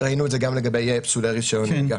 ראינו את זה גם לגבי פסולי רישיון נהיגה.